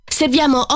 serviamo